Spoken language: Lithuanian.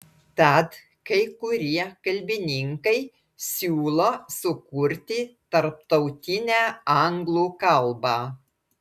tad kai kurie kalbininkai siūlo sukurti tarptautinę anglų kalbą